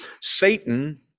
Satan